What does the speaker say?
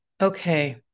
Okay